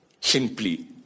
simply